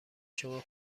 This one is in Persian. شما